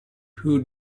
who